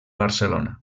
barcelona